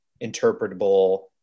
interpretable